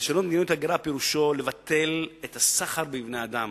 לשנות את מדיניות ההגירה פירושו לבטל את הסחר בבני-אדם,